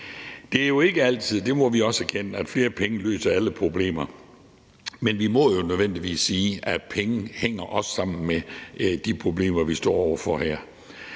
Det er ikke altid – det må vi også erkende – at flere penge løser alle problemer, men vi må jo nødvendigvis sige, at penge også hænger sammen med de problemer, vi står over for her.